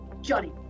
Johnny